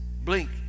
Blink